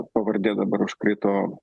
pavardė dabar užkrito